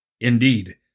Indeed